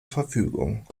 verfügung